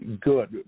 good